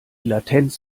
latenz